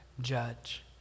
judge